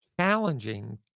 challenging